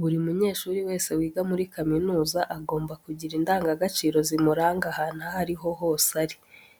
Buri munyeshuri wese wiga muri kaminuza, agomba kugira indangagaciro zimuranga ahantu aho ari ho hose ari.